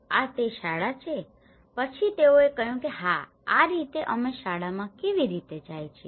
આ તે શાળા છે પછી તેઓએ કહ્યું કે હા આ રીતે અમે શાળામાં કેવી રીતે જાય છીએ